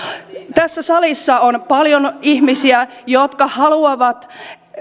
tässä salissa on paljon ihmisiä jotka haluavat